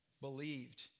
believed